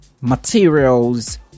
materials